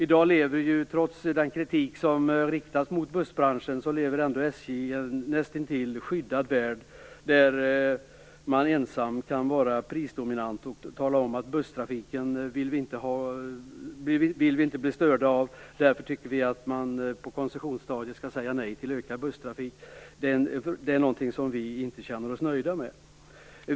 I dag lever SJ, trots den kritik som riktas mot bussbranschen, i en näst intill skyddad värld där man ensam kan vara prisdominant och säga: Vi vill inte bli störda av busstrafiken, och därför tycker vi att man på koncessionsstadiet skall säga nej till ökad busstrafik. Det är något som vi inte känner oss nöjda med.